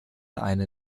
eine